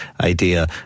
idea